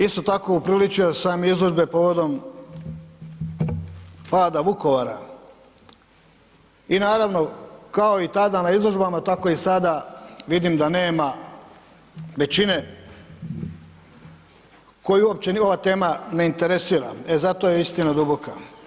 Isto tako upriličio sam izložbe povodom pada Vukovara i naravno, kao i tada na izložbama, tako i sada vidim da nema većine koju uopće ni ova tema ne interesira, e zato je istina duboka.